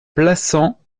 plassans